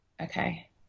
Okay